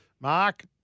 Mark